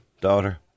daughter